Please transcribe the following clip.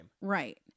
Right